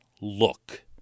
look